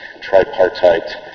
tripartite